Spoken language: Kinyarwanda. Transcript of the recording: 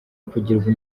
kugirwa